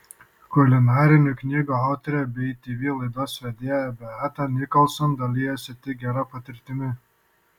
kulinarinių knygų autorė bei tv laidos vedėja beata nicholson dalijosi tik gera patirtimi